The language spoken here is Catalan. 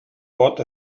pot